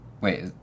Wait